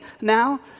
now